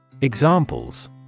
Examples